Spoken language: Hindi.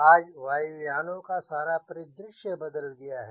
आज वायुयानों सारा परिदृश्य बदल गया है